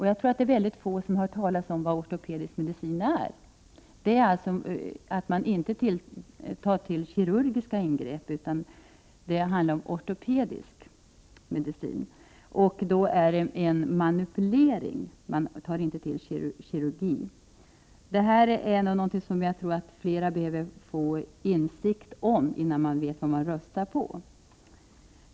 Jag tror att ytterst få har hört talas om vad ortopedisk medicin är för något. Ortopedisk medicin handlar om att man inte tar till kirurgiska ingrepp utan använder sig av ortopedisk medicin, manipulering. Detta tror jag att fler behöver få insikt om för att de skall veta vad de röstar på.